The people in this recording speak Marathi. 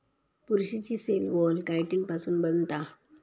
बुरशीची सेल वॉल कायटिन पासुन बनता